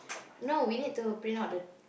no we need to print out the